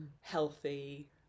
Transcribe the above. healthy